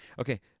Okay